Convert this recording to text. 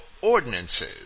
ordinances